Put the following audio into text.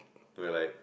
but like